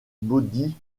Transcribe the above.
bobby